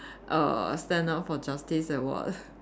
err stand up for justice and what